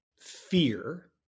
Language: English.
fear